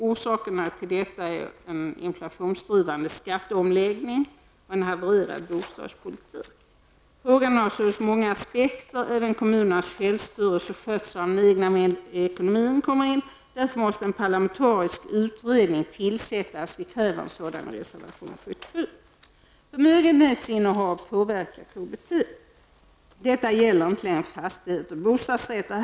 Orsakerna till detta är en inflationsdrivande skatteomläggning och en havererad bostadspolitik. Frågan har således många aspekter. Även kommunernas självstyrelse och skötsel av den egna ekonomin kommer in här. Därför måste en parlamentarisk utredning tillsättas. Vi kräver en sådan i reservation 77. Förmögenhetsinnehav påverkar KBT. Detta gäller inte längre för fastigheter och bostadsrätter.